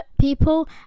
people